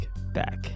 back